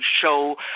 show